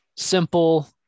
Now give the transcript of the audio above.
Simple